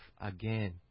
again